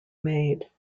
made